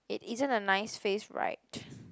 it isn't a nice face right